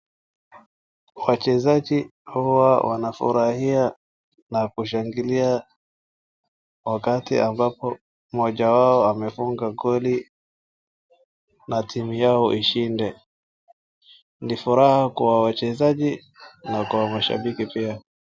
Wachezaji hawa wanafurahia na kushangilia wakati ambapo mmoja wao amefunga goli na timu yao ishinde. Ni furaha kwa wachezaji na kwa mashambiki pia.